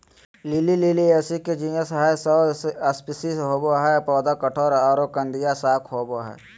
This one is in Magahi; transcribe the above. लिली लिलीयेसी के जीनस हई, सौ स्पिशीज होवअ हई, पौधा कठोर आरो कंदिया शाक होवअ हई